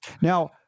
Now